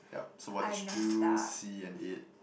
yup so what did you do see and eat